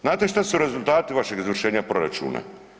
Znate šta su rezultati vašeg izvršenja proračuna?